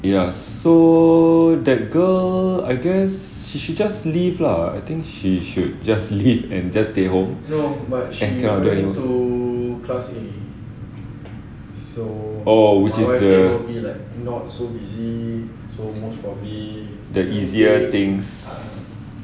ya so that girl I guess she she should just leave lah I think she should just leave and just stay home oh which is the the easier things